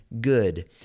good